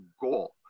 goal